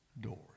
doors